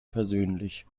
persönlich